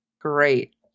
Great